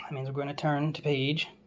means we're going to turn to page